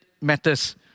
matters